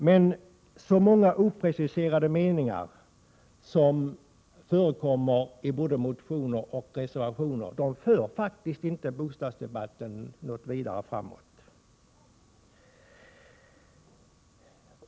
Men de många opreciserade meningar som förekommer i både motioner och reservationer för faktiskt inte bostadsdebatten något vidare framåt.